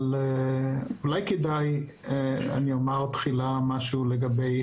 אומר תחילה משהו לגבי